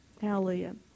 Hallelujah